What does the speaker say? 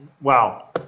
wow